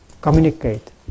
communicate